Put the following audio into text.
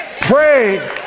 Pray